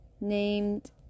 named